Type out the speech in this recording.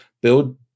build